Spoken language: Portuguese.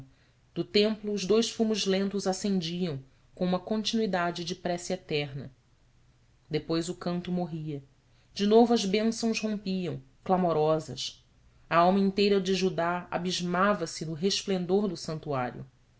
do templo os dous fumos lentos ascendiam com uma continuidade de prece eterna depois o canto morria de novo as bênçãos rompiam clamorosas a alma inteira de judá abismava se no resplendor do santuário